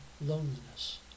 loneliness